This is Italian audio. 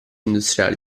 industriali